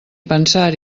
pensar